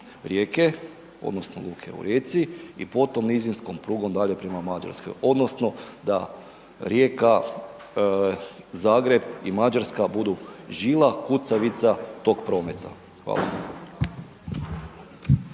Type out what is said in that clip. Rijeke odnosno luke u Rijeci i potom nizinskom prugom dalje prema Mađarskoj odnosno da Rijeka, Zagreb i Mađarska budu žila kucavica tog prometa. Hvala.